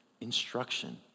Instruction